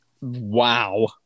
wow